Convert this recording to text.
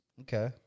Okay